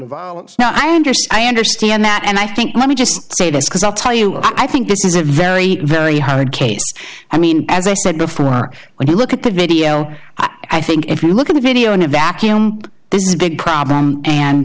understand i understand that and i think let me just say this because i'll tell you i think this is a very very hard case i mean as i said before when you look at the video i think if you look at the video in a vacuum there's a big problem and